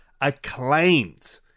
acclaimed